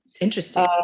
Interesting